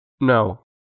No